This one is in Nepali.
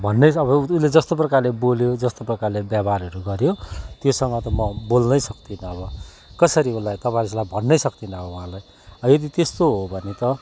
भन्ने अब उसले जस्तो प्रकारले बोल्यो जस्तो प्रकारले व्यवहारहरू गऱ्यो त्योसँग त म बोल्नै सक्तिनँ अब कसरी उसलाई भन्नै सक्तिनँ अब उहाँलाई यदि त्यस्तो हो भने त